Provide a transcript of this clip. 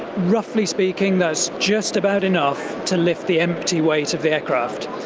roughly speaking that's just about enough to lift the empty weight of the aircraft.